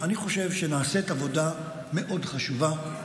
אני חושב שנעשית עבודה חשובה מאוד,